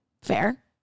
Fair